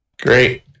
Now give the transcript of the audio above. Great